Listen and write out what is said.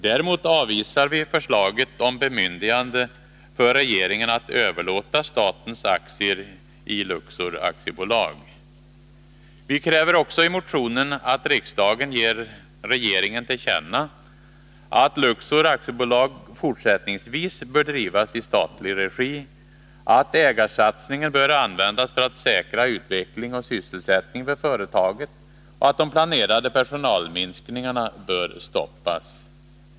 Däremot avvisar vi förslaget om bemyndigande för regeringen att överlåta statens aktier i Luxor AB. Vi kräver också i motionen att riksdagen ger regeringen till känna att Luxor AB fortsättningsvis skall drivas i statlig regi, att ägarsatsningen skall användas för att säkra utveckling och sysselsättning vid företaget och att de planerade personalminskningarna skall stoppas.